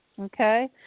Okay